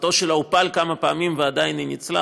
המטוס שלה הופל כמה פעמים ועדיין היא ניצלה.